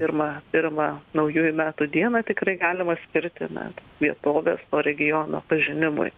pirmą pirmą naujųjų metų dieną tikrai galima skirti na vietovės to regiono pažinimui